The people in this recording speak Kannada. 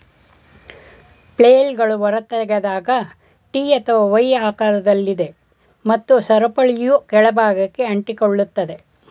ಫ್ಲೇಲ್ಗಳು ಹೊರತೆಗೆದಾಗ ಟಿ ಅಥವಾ ವೈ ಆಕಾರದಲ್ಲಿದೆ ಮತ್ತು ಸರಪಳಿಯು ಕೆಳ ಭಾಗಕ್ಕೆ ಅಂಟಿಕೊಳ್ಳುತ್ತದೆ